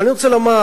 אבל אני רוצה לומר,